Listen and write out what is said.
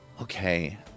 okay